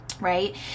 right